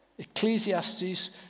Ecclesiastes